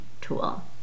tool